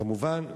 כמובן,